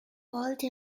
wollte